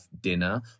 dinner